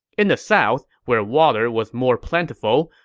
in the south, where water was more plentiful,